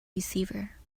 receiver